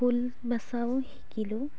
ফুল বচাও শিকিলোঁ